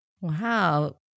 Wow